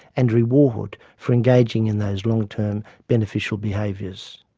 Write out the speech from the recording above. and reward, for engaging in those long-term beneficial behaviours.